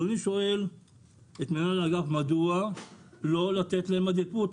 אז אני שואל את מנהל האגף מדוע לא לתת להם עדיפות?